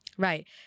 Right